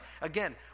Again